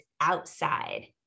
outside